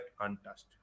untouched